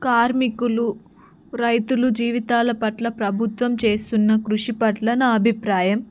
కార్మికులు రైతులు జీవితాల పట్ల ప్రభుత్వం చేస్తున్న కృషి పట్ల నా అభిప్రాయం